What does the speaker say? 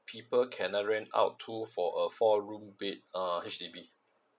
people can I rent out to for a four room bed uh H_D_B